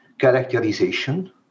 characterization